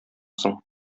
соң